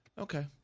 Okay